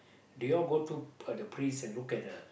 do you all go to uh the priest and look at the